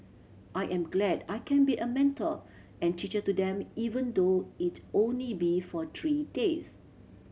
I am glad I can be a mentor and teacher to them even though it'll only be for three days